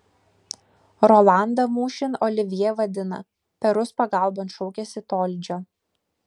rolandą mūšin olivjė vadina perus pagalbon šaukiasi tolydžio